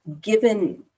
given